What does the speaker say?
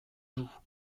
joues